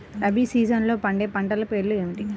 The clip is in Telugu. రబీ సీజన్లో పండే పంటల పేర్లు ఏమిటి?